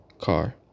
car